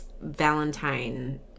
Valentine